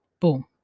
boom